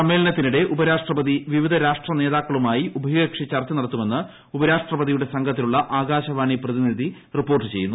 സമ്മേളനത്തിനിടെ ഉപരാഷ്ട്രപതി വിവിധ രാഷ്ട്ര നേതാക്കളുമായി ഉഭയകക്ഷി ചർച്ച നടത്തുമെന്ന് ഉപരാഷ്ട്രപതിയുടെ സംഘത്തിലുള്ള ആകാശവാണി പ്രതിനിധി റിപ്പോർട്ട് ചെയ്യുന്നു